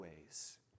ways